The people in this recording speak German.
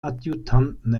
adjutanten